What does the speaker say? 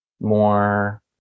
more